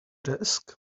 desk